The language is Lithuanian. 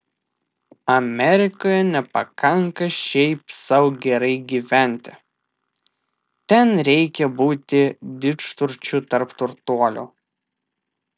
amerikoje nepakanka šiaip sau gerai gyventi ten reikia būti didžturčiu tarp turtuolių